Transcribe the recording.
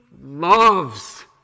loves